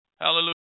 Hallelujah